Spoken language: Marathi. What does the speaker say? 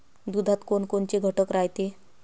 दुधात कोनकोनचे घटक रायते?